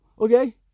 okay